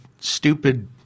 stupid